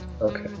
Okay